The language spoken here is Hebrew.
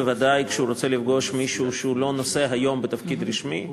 בוודאי כשהוא רוצה לפגוש מישהו שלא נושא היום בתפקיד רשמי.